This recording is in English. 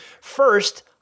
First